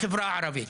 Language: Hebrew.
בחברה הערבית.